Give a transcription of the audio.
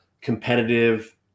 Competitive